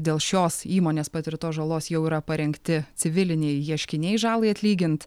dėl šios įmonės patirtos žalos jau yra parengti civiliniai ieškiniai žalai atlygint